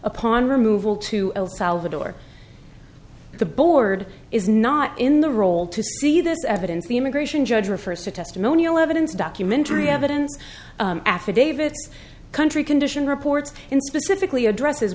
upon removal to el salvador the board is not in the role to see this evidence the immigration judge refers to testimonial evidence documentary evidence affidavits country condition reports in specifically address